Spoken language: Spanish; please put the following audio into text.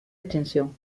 extensión